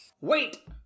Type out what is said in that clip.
Wait